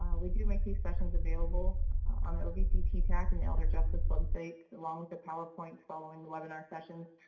we do make these sessions available on the ovc ttac and the elder justice website along with the powerpoints following the webinar sessions